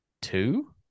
two